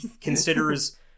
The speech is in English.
considers